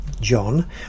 John